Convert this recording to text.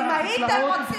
אם הייתם רוצים